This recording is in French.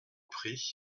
pris